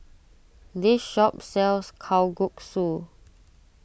this shop sells Kalguksu